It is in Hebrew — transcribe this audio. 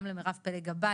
גם מרב פלג-גבאי,